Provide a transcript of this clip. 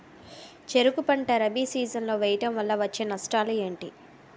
చెరుకు పంట రబీ సీజన్ లో వేయటం వల్ల వచ్చే నష్టాలు ఏంటి?